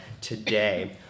today